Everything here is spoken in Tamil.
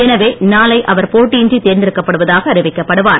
எனவே நாளை அவர் போட்டியின்றி தேர்ந்தெடுக்கப்படுவதாக அறிவிக்கப்படுவார்